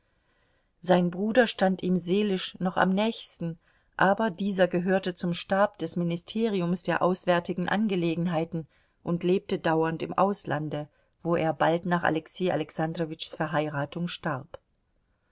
sein bruder stand ihm seelisch noch am nächsten aber dieser gehörte zum stab des ministeriums der auswärtigen angelegenheiten und lebte dauernd im auslande wo er bald nach alexei alexandrowitschs verheiratung starb